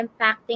impacting